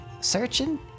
searching